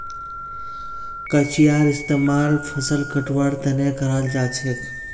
कचियार इस्तेमाल फसल कटवार तने कराल जाछेक